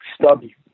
stubby